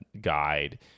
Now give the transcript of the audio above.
guide